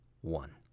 One